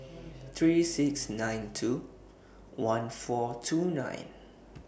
three six nine two one four two nine